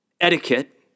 Etiquette